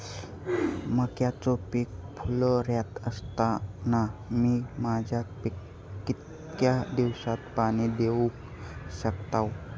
मक्याचो पीक फुलोऱ्यात असताना मी मक्याक कितक्या दिवसात पाणी देऊक शकताव?